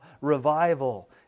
revival